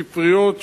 ספריות,